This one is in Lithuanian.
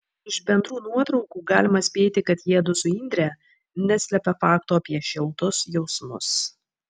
iš bendrų nuotraukų galima spėti kad jiedu su indre neslepia fakto apie šiltus jausmus